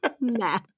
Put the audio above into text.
Nah